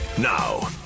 Now